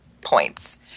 points